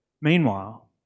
Meanwhile